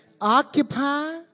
occupy